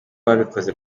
babikoze